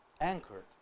anchored